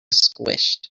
squished